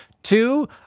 Two